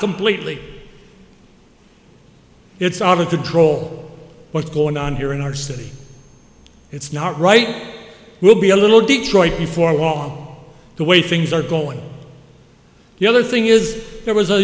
completely it's odd to troll what's going on here in our city it's not right we'll be a little detroit before long the way things are going the other thing is there was a